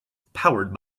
powered